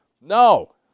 No